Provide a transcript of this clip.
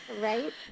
Right